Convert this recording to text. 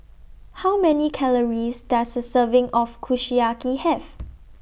How Many Calories Does A Serving of Kushiyaki Have